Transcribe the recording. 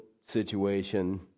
situation